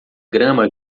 grama